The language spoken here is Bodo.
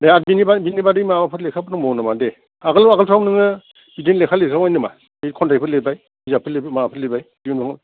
दे आर बेनिफ्राय बिनि बादै माबाफोर लेखाफोर दंबावो नामा दे आगोल आगोलफ्राव नोङो बिदिनो लेखा लिरखांबाय नामा बे खन्थायफोर लिरबाय बिजाबफोर लिरबाय माबाफोर लिरबाय बिनि उनाव